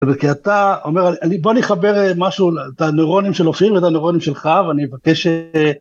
כי אתה אומר, בוא נחבר משהו, את הנוירונים של אופיר ואת הנוירונים שלך ואני אבקש...